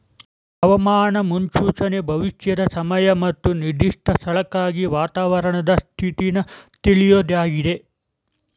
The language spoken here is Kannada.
ಹವಾಮಾನ ಮುನ್ಸೂಚನೆ ಭವಿಷ್ಯದ ಸಮಯ ಮತ್ತು ನಿರ್ದಿಷ್ಟ ಸ್ಥಳಕ್ಕಾಗಿ ವಾತಾವರಣದ ಸ್ಥಿತಿನ ತಿಳ್ಯೋದಾಗಿದೆ